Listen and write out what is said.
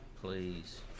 Please